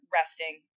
resting